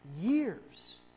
years